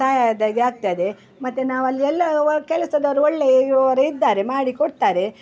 ಸಹಾಯ ಆದ ಹಾಗೆ ಆಗ್ತದೆ ಮತ್ತು ನಾವು ಅಲ್ಲಿ ಎಲ್ಲ ಒ ಕೆಲಸದವರು ಒಳ್ಳೆಯವ್ರ್ ಇದ್ದಾರೆ ಮಾಡಿಕೊಡ್ತಾರೆ